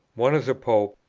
one is a pope,